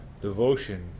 Devotion